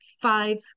five